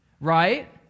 right